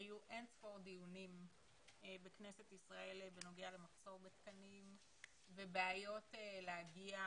היו אין-ספור דיונים בכנסת ישראל בנוגע למחסור בתקנים ובעיות להגיע